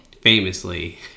Famously